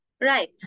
Right